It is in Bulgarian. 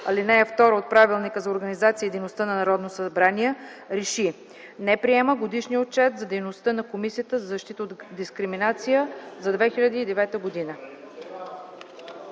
ал. 2 от Правилника за организацията и дейността на Народното събрание РЕШИ: Не приема Годишния отчет за дейността на Комисията за защита от дискриминация за 2009 г.”